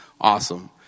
awesome